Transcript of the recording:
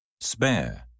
Spare